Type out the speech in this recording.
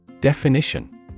Definition